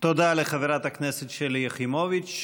תודה לחברת הכנסת שלי יחימוביץ,